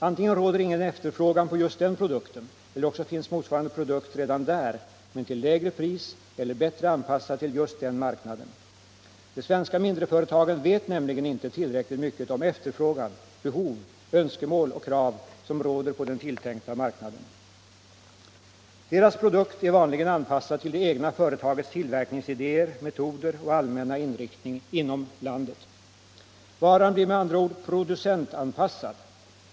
Antingen råder ingen efterfrågan på just den produkten eller också finns motsvarande produkt redan där, men till lägre pris eller bättre anpassad till just den marknaden. De svenska mindreföretagen vet nämligen inte tillräckligt mycket om efterfrågan, behov, önskemål och krav som råder på den tilltänkta marknaden. Deras produkt är vanligen anpassad till det egna företagets tillverkningsidéer, metoder och allmänna inriktning inom Sverige. Varan blir med andra ord producentanpassad.